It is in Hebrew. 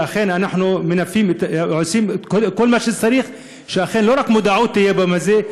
ואנחנו עושים כל מה שצריך שאכן לא רק מודעות תהיה ביום הזה,